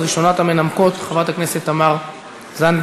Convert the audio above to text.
ראשונת המנמקים, חברת הכנסת תמר זנדברג.